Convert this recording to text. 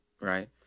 right